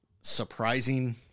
surprising